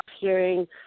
hearing